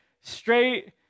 straight